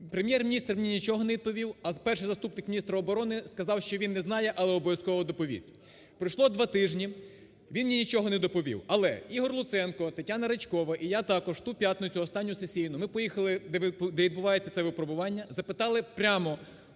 Прем'єр-міністр мені нічого не відповів, а перший заступник міністра оборони сказав, що він не знає, але обов'язково доповість. Пройшло два тижні. Він мені нічого не доповів. Але Ігор Луценко, Тетяна Ричкова і я також в ту п'ятницю, останню сесійну, ми поїхали, де відбувається це випробування, запитали прямо